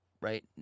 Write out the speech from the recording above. right